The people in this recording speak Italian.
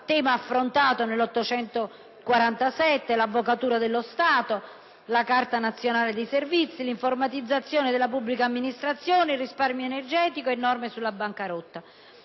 di legge n. 847), l'Avvocatura dello Stato, la Carta nazionale dei servizi, l'informatizzazione della pubblica amministrazione, il risparmio energetico e le norme sulla bancarotta.